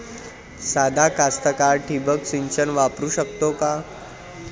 सादा कास्तकार ठिंबक सिंचन वापरू शकते का?